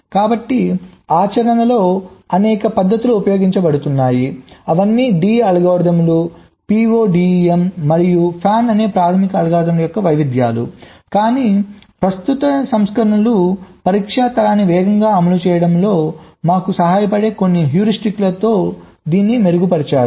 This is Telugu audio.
కాబట్టి ఆచరణలో అనేక పద్ధతులు ఉపయోగించబడుతున్నాయి అవన్నీ D అల్గోరిథం PODEM మరియు FAN అనే ప్రాథమిక అల్గోరిథంల యొక్క వైవిధ్యాలు కానీ ప్రస్తుత సంస్కరణలు పరీక్షా తరాన్ని వేగంగా అమలు చేయడంలో మాకు సహాయపడే కొన్ని హ్యూరిస్టిక్లతో దీని మెరుగుపరిచారు